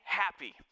happy